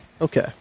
Okay